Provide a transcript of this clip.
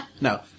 No